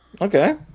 Okay